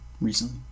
recently